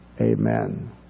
Amen